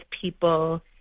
people